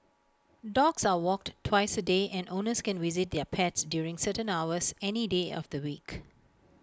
dogs are walked twice A day and owners can visit their pets during certain hours any day of the week